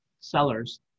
sellers